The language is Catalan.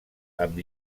amb